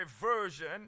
version